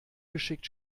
geschickt